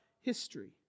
history